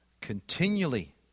Continually